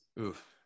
Oof